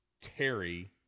Terry